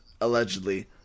allegedly